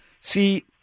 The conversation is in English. See